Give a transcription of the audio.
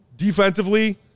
Defensively